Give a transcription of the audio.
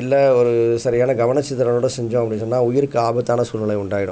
இல்லை ஒரு சரியான கவனச் சிதறலோட செஞ்சோம் அப்படின்னு சொன்னால் உயிருக்கு ஆபத்தான சூழ்நிலை உண்டாயிடும்